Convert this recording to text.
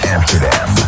Amsterdam